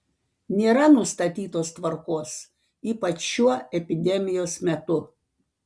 nėra nustatytos tvarkos ypač šiuo epidemijos metu